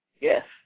Yes